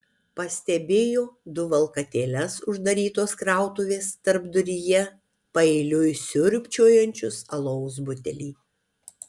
pastebėjo du valkatėles uždarytos krautuvės tarpduryje paeiliui siurbčiojančius alaus butelį